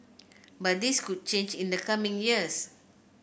but this could change in the coming years